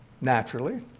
naturally